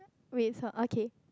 wait so okay